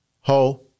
ho